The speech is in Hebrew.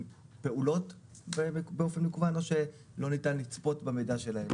פעולות באופן מקוון או שלא ניתן לצפות במידע שלהם.